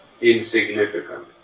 insignificant